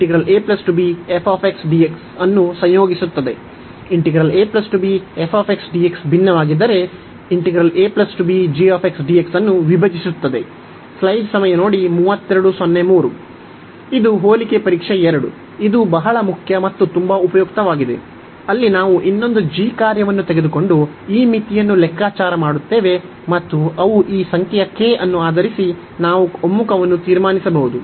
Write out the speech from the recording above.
ಒಮ್ಮುಖವಾಗಿದ್ದರೆಸಂಯೋಗಿಸುತ್ತದೆ ಭಿನ್ನವಾಗಿದ್ದರೆ ಈ ಹೋಲಿಕೆ ಪರೀಕ್ಷೆ 2 ಇದು ಬಹಳ ಮುಖ್ಯ ಮತ್ತು ತುಂಬಾ ಉಪಯುಕ್ತವಾಗಿದೆ ಅಲ್ಲಿ ನಾವು ಇನ್ನೊಂದು g ಕಾರ್ಯವನ್ನು ತೆಗೆದುಕೊಂಡು ಈ ಮಿತಿಯನ್ನು ಲೆಕ್ಕಾಚಾರ ಮಾಡುತ್ತೇವೆ ಮತ್ತು ಅವು ಈ ಸಂಖ್ಯೆಯ k ಅನ್ನು ಆಧರಿಸಿ ನಾವು ಒಮ್ಮುಖವನ್ನು ತೀರ್ಮಾನಿಸಬಹುದು